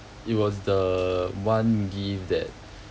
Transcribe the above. it was the one gift that